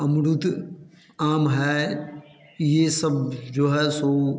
ये सब जो है सो